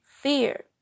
fear